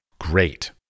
Great